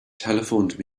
telephoned